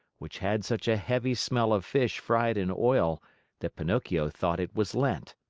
which had such a heavy smell of fish fried in oil that pinocchio thought it was lent.